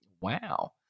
Wow